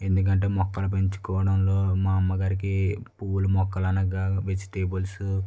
ఎందుకంటే మొక్కలు పెంచుకోవడంలో మా అమ్మగారికి పువ్వులు మొక్కలు అనగా వెజిటేబుల్స్